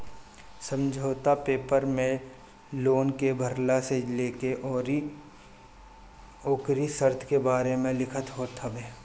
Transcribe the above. समझौता पेपर में लोन के भरला से लेके अउरी ओकरी शर्त के बारे में लिखल होत हवे